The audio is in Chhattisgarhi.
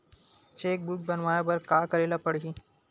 चेक बुक बनवाय बर का करे ल पड़हि?